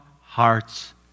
hearts